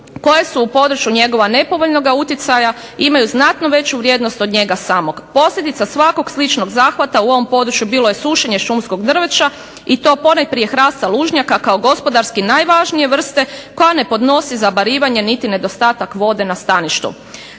koje su u području njegova nepovoljnoga utjecaja i imaju znatno veću vrijednost od njega samog. Posljedica svakog sličnog zahvata u ovom području bilo je sušenje šumskog drveća i to ponajprije hrasta lužnjaka kao gospodarski najvažnije vrste koja ne podnosi zabarivanje niti nedostatak vode na staništu.